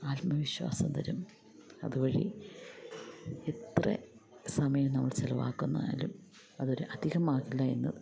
ആത്മവിശ്വാസം തരും അതുവഴി എത്ര സമയം നമ്മൾ ചിലവാക്കിയാലും അതൊരു അധികമാകില്ല എന്ന്